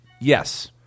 Yes